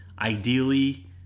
ideally